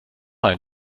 ein